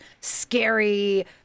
scary